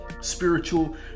spiritual